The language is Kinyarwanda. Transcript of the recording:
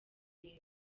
ntego